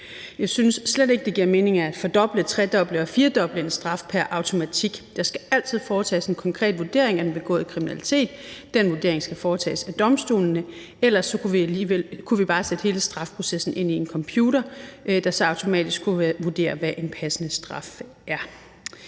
Jeg synes slet ikke, det giver mening at fordoble, tredoble og firedoble en straf pr. automatik. Der skal altid foretages en konkret vurdering af den begåede kriminalitet. Den vurdering skal foretages af domstolene, for ellers kunne vi bare sætte hele straffeprocessen ind i en computer, der så automatisk skulle vurdere, hvad en passende straf var.